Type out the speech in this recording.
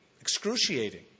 excruciating